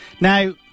Now